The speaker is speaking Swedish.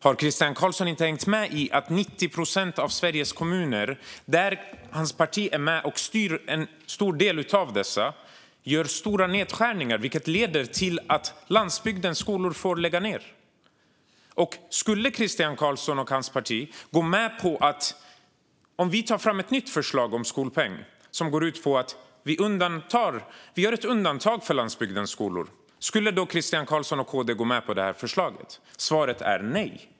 Har Christian Carlsson inte hängt med i att 90 procent av Sveriges kommuner - hans parti är med och styr en stor del av dem - gör stora nedskärningar? Det leder också till att landsbygdens skolor får lägga ned. Om vi tar fram ett nytt förslag om skolpeng som går ut på att göra ett undantag för landsbygdens skolor, skulle Christian Carlsson och KD gå med på det förslaget? Svaret är nej.